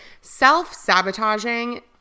self-sabotaging